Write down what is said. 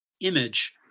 image